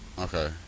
Okay